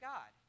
God